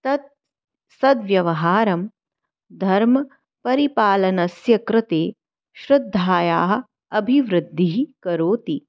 तद् सद् व्यवहारं धर्मपरिपालनस्य कृते श्रद्धायाः अभिवृद्धिं करोति